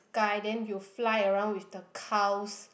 sky then you fly around with the cows